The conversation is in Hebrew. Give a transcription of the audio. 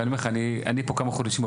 הרי אני פה כמה חודשים,